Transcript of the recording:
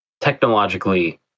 technologically